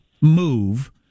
move